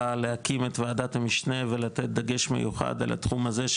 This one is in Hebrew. להקים את ועדת המשנה ולתת דגש מיוחד על התחום הזה,